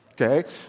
Okay